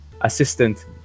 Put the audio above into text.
assistant